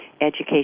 education